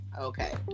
Okay